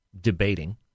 debating